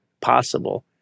possible